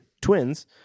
twins